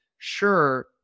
sure